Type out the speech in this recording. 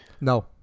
no